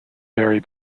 vary